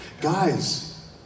Guys